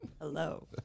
Hello